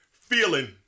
feeling